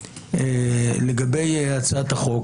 לגבי הצעת החוק,